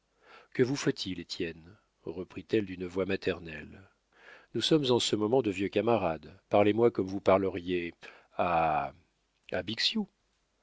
que vous faut-il étienne reprit-elle d'une voix maternelle nous sommes en ce moment de vieux camarades parlez-moi comme vous parleriez à